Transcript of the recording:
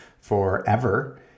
forever